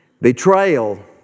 Betrayal